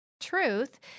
truth